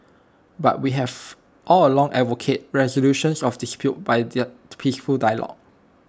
but we have all along advocated resolution of disputes by there peaceful dialogue